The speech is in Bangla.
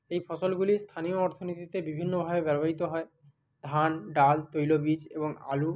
এই ফসলগুলি স্থানীয় অর্থনীতিতে বিভিন্নভাবে ব্যবহৃত হয় ধান ডাল তৈল বীজ এবং আলু